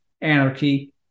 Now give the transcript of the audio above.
anarchy